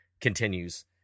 continues